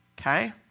Okay